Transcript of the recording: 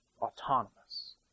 autonomous